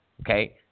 okay